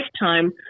lifetime